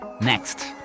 Next